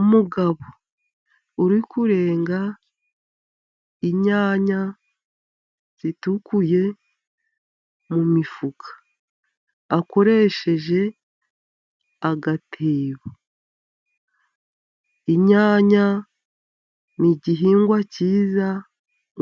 Umugabo urikurenga inyanya zitukuye mu mifuka, akoresheje agatebo. Inyanya n'igihingwa cyiza